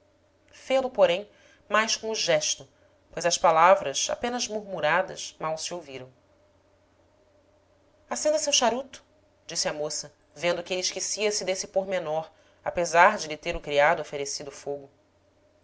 fê-lo porém mais com o gesto pois as palavras apenas murmuradas mal se ouviram acenda seu charuto disse a moça vendo que ele esquecia-se desse pormenor apesar de lhe ter o criado oferecido fogo